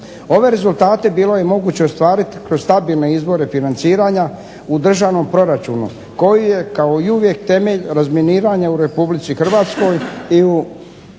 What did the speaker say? Ove rezultate bilo je moguće ostvarit kroz stabilne izvore financiranja u državnom proračunu koji je kao i uvijek temelj razminiranja u Republici Hrvatskoj i u